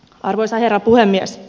arvoisa herra puhemies